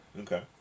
Okay